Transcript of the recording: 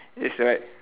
is like